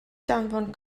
danfon